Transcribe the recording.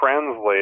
translate